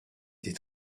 des